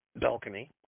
balcony